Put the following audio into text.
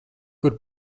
kur